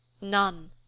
None